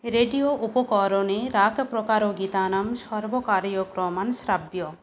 radio उपकरणे राकप्रकारगीतानां सर्वकारीयक्रमान् श्रावय